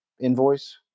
invoice